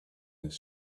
this